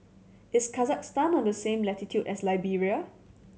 is Kazakhstan on the same latitude as Liberia